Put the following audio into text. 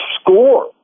score